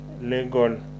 legal